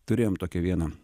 turėjom tokią vieną